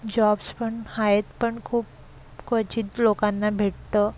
jobs पण आहेत पण खूप क्वचित लोकांना भेटतं